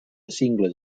cingles